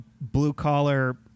blue-collar